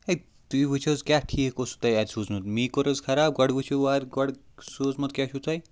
A تُہۍ وٕچھ حظ کیٛاہ ٹھیٖک اوسوٗ تۄہہِ اَتہِ سوٗزمُت مے کوٚر حظ خراب گۄڈٕ وٕچھِو وارٕ گۄڈٕ سوٗزمُت کیٛاہ چھُو تۄہہِ